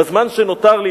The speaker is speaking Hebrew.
בזמן שנותר לי,